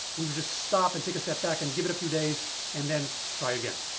we would just stop and take a step back and give it a few days and then try again.